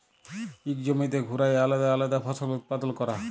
ইক জমিতে ঘুরায় আলেদা আলেদা ফসল উৎপাদল ক্যরা